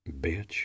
Bitch